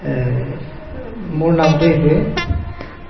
মোৰ নামটো এইটোৱে